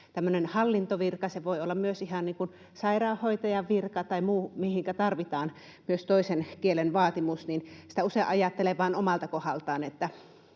tämmöinen hallintovirka, se voi olla myös ihan sairaanhoitajan virka tai muu, mihinkä myös tarvitaan toista kieltä — sitä usein ajattelee vain omalta kohdaltaan,